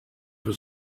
for